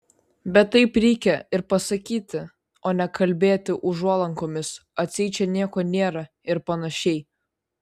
bet taip reikia ir pasakyti o ne kalbėti užuolankomis atseit čia nieko nėra ir panašiai